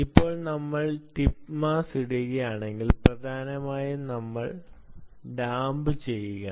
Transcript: ഇപ്പോൾ നിങ്ങൾ tip mass ഇടുകയാണെങ്കിൽ പ്രധാനമായും നിങ്ങൾ ഡാംപ് ചെയ്യുകയാണ്